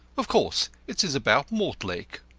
of course it is about mortlake?